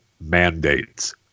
mandates